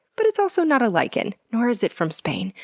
but it's also not a lichen, nor is it from spain.